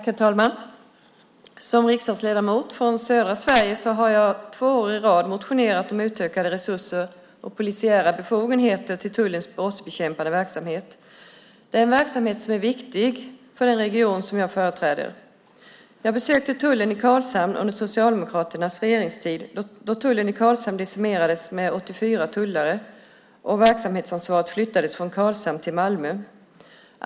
Herr talman! Som riksdagsledamot från södra Sverige har jag två år i rad motionerat om utökade resurser och polisiära befogenheter till tullens brottsbekämpande verksamhet. Det är en verksamhet som är viktig för den region jag företräder. Jag besökte tullen i Karlshamn under Socialdemokraternas regeringstid, då tullen där decimerades med 84 tullare och verksamhetsansvaret flyttades från Karlshamn till Malmö.